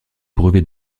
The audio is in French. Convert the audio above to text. brevet